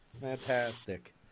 fantastic